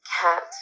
Cat